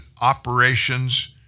operations